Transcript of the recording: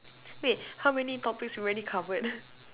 wait how many topics we already covered